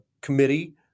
committee